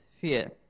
fear